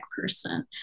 person